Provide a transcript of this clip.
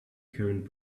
current